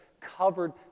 covered